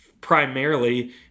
primarily